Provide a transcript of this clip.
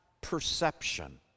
perception